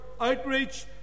outreach